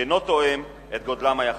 שאינו תואם את גודלם היחסי,